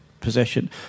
possession